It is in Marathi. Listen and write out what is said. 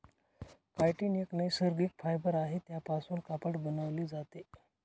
कायटीन एक नैसर्गिक फायबर आहे त्यापासून कापड बनवले जाते